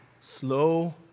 slow